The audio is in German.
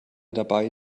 dabei